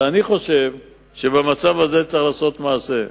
ואני חושב שבמצב הזה צריך לעשות מעשה.